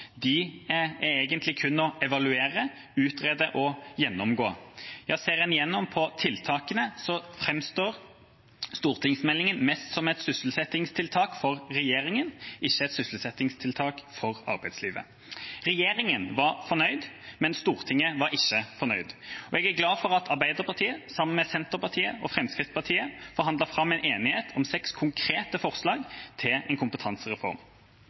er egentlig kun å evaluere, utrede og gjennomgå. Ja, ser en gjennom tiltakene, så framstår stortingsmeldinga mest som et sysselsettingstiltak for regjeringa, ikke et sysselsettingstiltak for arbeidslivet. Regjeringa var fornøyd, men Stortinget var ikke fornøyd. Jeg er glad for at Arbeiderpartiet sammen med Senterpartiet og Fremskrittspartiet forhandlet fram en enighet om seks konkrete forslag til en kompetansereform.